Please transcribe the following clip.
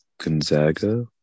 Gonzaga